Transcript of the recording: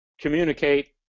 communicate